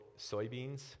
soybeans